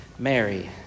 Mary